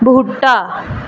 बूह्टा